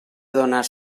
donar